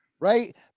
right